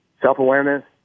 self-awareness